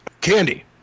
Candy